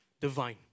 divine